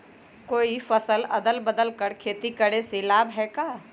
कोई फसल अदल बदल कर के खेती करे से लाभ है का?